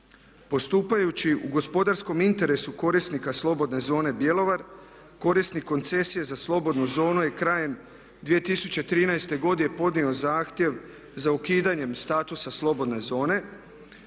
Postupajući u gospodarskom interesu korisnika slobodne zone Bjelovar, korisnik koncesije za slobodnu zonu je krajem 2013. godine podnio zahtjev za ukidanjem statusa slobodne zone